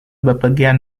bepergian